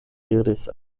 diris